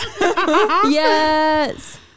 yes